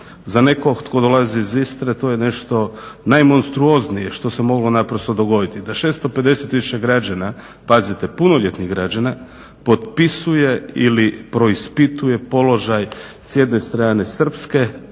Za nekog tko dolazi iz Istre to je nešto najmonstruoznije što se moglo naprosto dogoditi da 650 tisuća građana, pazite punoljetnih građana, potpisuje ili preispituje položaj s jedne strane srpske